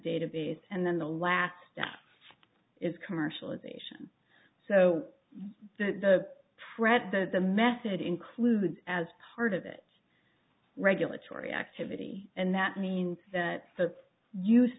database and then the last step is commercialization so that the pret that the method includes as part of it regulatory activity and that means that the use